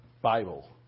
Bible